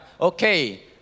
Okay